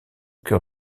cœur